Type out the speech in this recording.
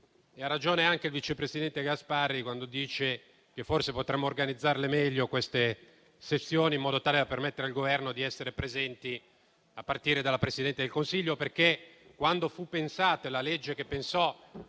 Ha ragione anche il vice presidente Gasparri quando dice che forse potremmo organizzare meglio queste sessioni, in modo tale da permettere al Governo di essere presente, a partire dalla Presidente del Consiglio. La legge che ha